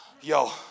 Yo